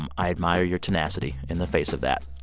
um i admire your tenacity in the face of that.